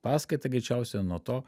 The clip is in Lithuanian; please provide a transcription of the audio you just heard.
paskaitą greičiausiai nuo to